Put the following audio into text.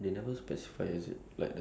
nine more nine more